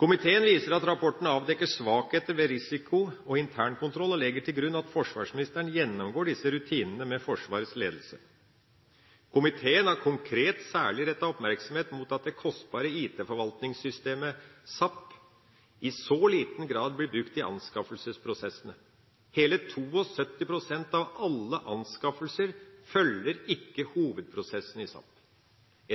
Komiteen viser til at rapporten avdekker svakheter ved risiko og intern kontroll og legger til grunn at forsvarsministeren gjennomgår disse rutinene med Forsvarets ledelse. Komiteen har konkret særlig rettet oppmerksomhet mot at det kostbare IT-forvaltningssystemet SAP i så liten grad blir brukt i anskaffelsesprosessene. Hele 72 pst. av alle anskaffelser følger ikke hovedprosessen i SAP.